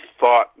thought